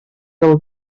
del